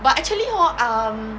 but actually hor um